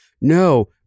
no